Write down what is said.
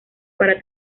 para